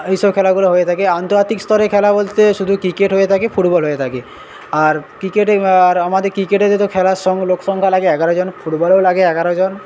এইসব খেলাগুলো হয়ে থাকে আন্তর্জাতিক স্তরের খেলা বলতে শুধু ক্রিকেট হয়ে থাকে ফুটবল হয়ে থাকে আর ক্রিকেটের আমাদের ক্রিকেটের যে খেলার সঙ্গে লোক সংখ্যা লাগে এগারো জন ফুটবলেও লাগে এগারো জন